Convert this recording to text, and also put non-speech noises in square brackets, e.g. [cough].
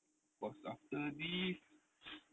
what's after this [noise]